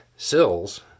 Sills